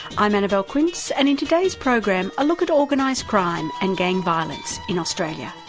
i'm annabelle quince and in todays program a look at organised crime and gang violence in australia.